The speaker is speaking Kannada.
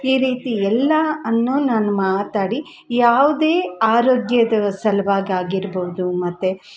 ಈ ರೀತಿ ಎಲ್ಲ ಅನ್ನು ನಾನು ಮಾತಾಡಿ ಯಾವುದೇ ಆರೋಗ್ಯದ ಸಲ್ವಾಗಿ ಆಗಿರ್ಬೋದು ಮತ್ತು